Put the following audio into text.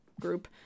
group